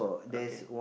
okay